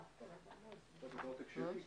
זה קצר?